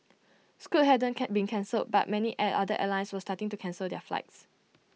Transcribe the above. scoot hadn't can't been cancelled but many air other airlines were starting to cancel their flights